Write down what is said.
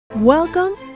Welcome